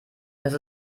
dass